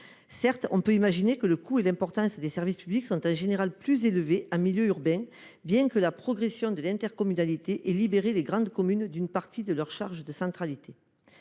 Certes, on peut imaginer que le coût et l'importance des services publics sont en général plus élevés en milieu urbain, bien que la progression de l'intercommunalité ait libéré les grandes communes d'une partie de leurs charges de centralité.,